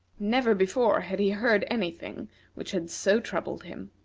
never before had he heard any thing which had so troubled him.